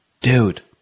Dude